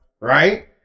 Right